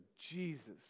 Jesus